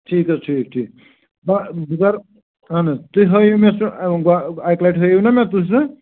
ٹھیٖک حظ ٹھیٖک ٹھیٖک نہَ بہٕ زن بہٕ زن اَہَن حظ تُہۍ ہٲوِو مےٚ سُہ اَکہِ لَٹہِ ہٲوِو نا مےٚ تُہۍ سُہ